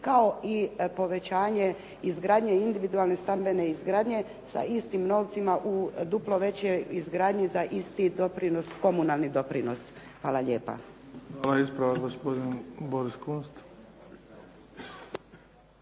kao i povećanje izgradnje individualne stambene izgradnje sa istim novcima u duplo većoj izgradnji za isti doprinos, komunalni doprinos. Hvala lijepa. **Bebić, Luka (HDZ)** Hvala. Ispravak gospodin Boris Kunst.